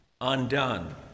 undone